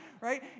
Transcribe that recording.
Right